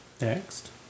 Next